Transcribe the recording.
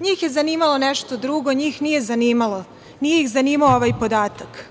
njih je zanimalo nešto drugo, njih nije zanimao ovaj podatak.